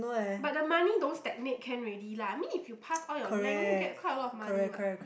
but the money don't stagnant can already lah I mean if you pass all your lang you get quite a lot of money what